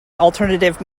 alternative